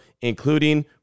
including